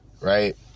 Right